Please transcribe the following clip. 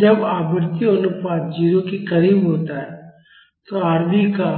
जब आवृत्ति अनुपात 0 के करीब होता है तो Rv का